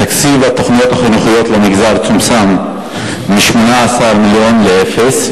תקציב התוכניות החינוכיות למגזר צומצם מ-18 מיליון לאפס,